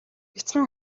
бяцхан